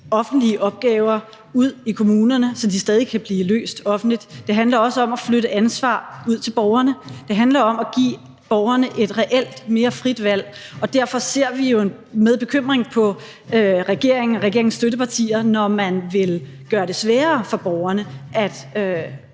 offentlige opgaver ud i kommunerne, så de stadig kan blive løst offentligt. Det handler også om at flytte ansvar ud til borgerne. Det handler om at give borgerne et reelt og mere frit valg, og derfor ser vi jo med bekymring på, at regeringen og regeringens støttepartier vil gøre det sværere for borgerne at